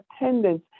attendance